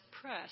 Press